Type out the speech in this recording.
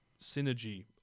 Synergy